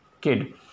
kid